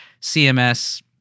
CMS